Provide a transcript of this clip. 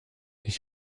ich